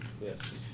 Yes